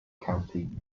county